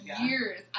years